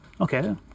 Okay